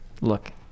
look